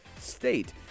state